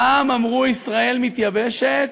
פעם אמרו "ישראל מתייבשת".